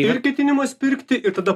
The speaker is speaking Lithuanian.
ir ketinimas pirkti ir tada